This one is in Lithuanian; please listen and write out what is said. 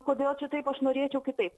kodėl čia taip aš norėčiau kitaip